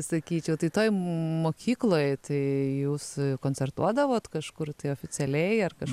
sakyčiau tai toj mokykloj tai jūs koncertuodavot kažkur tai oficialiai ar kas